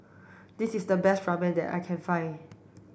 this is the best Ramen that I can find